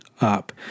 up